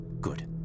Good